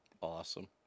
Awesome